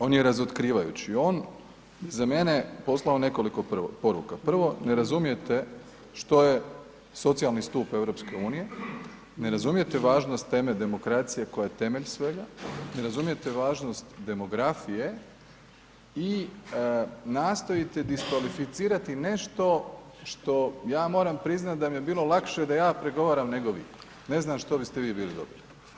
On je razotkrivajući, on za mene poslao nekoliko poruka, prvo ne razumijete što je socijalni stup EU, ne razumijete važnost teme demokracije koja je temelj svega, ne razumijete važnost demografije i nastojite diskvalificirati nešto što ja moram priznat da mi je bilo lakše da ja pregovaram nego vi, ne znam što biste vi bili dobili.